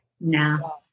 No